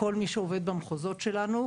לכל מי שעובד במחוזות שלנו,